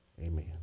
Amen